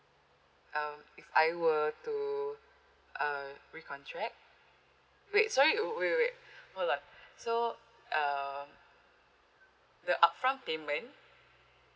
um if I were to uh recontract wait sorry wait wait wait hold on so uh the upfront payment